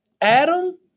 Adam